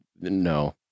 no